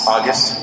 August